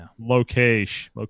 Location